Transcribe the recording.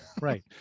right